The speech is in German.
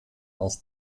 aus